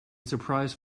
surprise